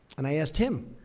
and i asked him,